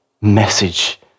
message